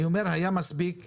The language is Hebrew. אני אומר שהיה מספיק להשאיר: